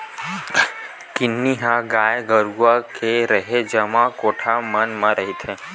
किन्नी ह गाय गरुवा के रेहे जगा कोठा मन म रहिथे